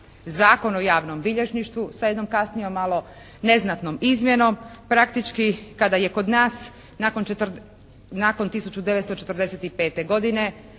Zakon o javnom bilježništvu sa jednom kasnijom malo neznatnom izmjenom, praktički kada je kod nas nakon 1945. godine